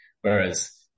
Whereas